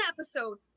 episode